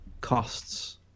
costs